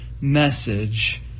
message